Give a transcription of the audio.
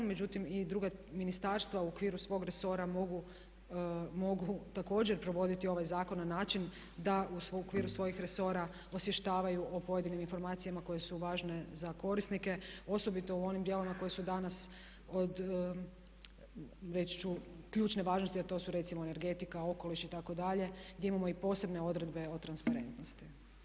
Međutim i druga ministarstva u okviru svog resora mogu također provoditi ovaj zakon na način da u okviru svojih resora osvještavaju o pojedinim informacijama koje su važne za korisnike, osobito u onim dijelovima koji su danas od, reći ću ključne važnosti, a to su recimo energetika, okoliš itd., gdje imamo i posebne odredbe o transparentnosti.